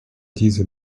diese